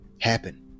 happen